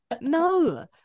no